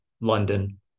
London